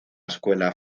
escuela